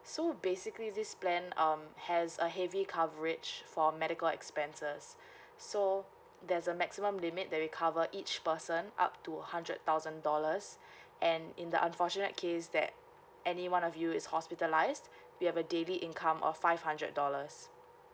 so basically this plan um has a heavy coverage for medical expenses so there's a maximum limit that we cover each person up to hundred thousand dollars and in the unfortunate case that any one of you is hospitalised we have a daily income of five hundred dollars